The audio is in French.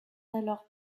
alors